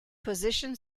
position